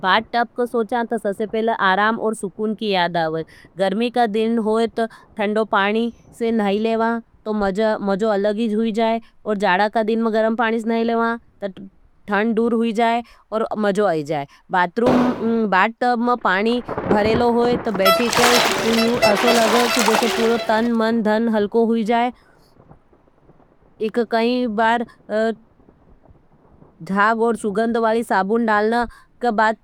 Bath tub का सोचान, तो सबसे पहले आराम और सुकुन की याद आवे। गर्मी का दिन होई, तो ठंडों पानी से नाही लेवा, तो मज़ो अलगी हुई जाए। और जाड़ा का दिन में गर्म पानी से नाही लेवा, तो ठंड दूर हुई जाए और मज़ो आई जाए। बाथरूम, बाथ टब में पानी भरीला होय तो बेठी के ऐसा लगे जैसे पूरा तन मन धन हल्का होई जाए। इका केई बार झाग और सुगंध वाली साबुन के झाग